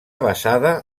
basada